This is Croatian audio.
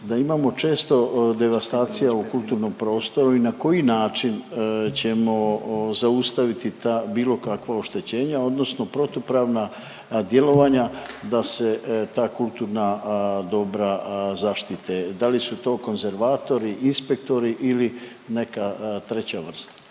da imamo često devastacija u kulturnom prostoru i na koji način ćemo zaustaviti ta bilo kakva oštećenja odnosno protupravna djelovanja da se ta kulturna dobra zaštite, da li su to konzervatori, inspektori ili neka treća vrsta?